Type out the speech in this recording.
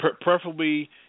Preferably